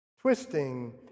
Twisting